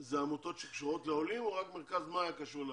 אלה עמותות שקשורות לעולים או רק מרכז 'מאיה' קשור לעולים?